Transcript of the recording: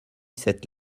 cette